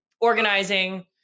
organizing